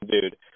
dude